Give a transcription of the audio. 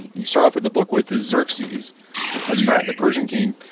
and you start off with the book with is xerxes that's right, the persian king,